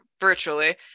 virtually